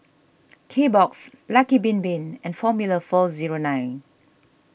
Kbox Lucky Bin Bin and formula four zero nine